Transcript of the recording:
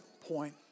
point